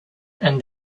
and